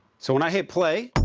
so when i hit play,